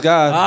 God